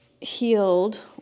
healed